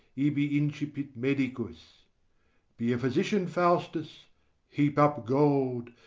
ibi incipit medicus be a physician, faustus heap up gold,